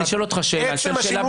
שמחה, אני אשאל אותך שאלה בכנות.